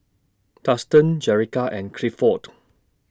Thurston Jerica and Clifford